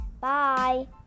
Bye